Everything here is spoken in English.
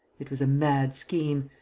it was a mad scheme.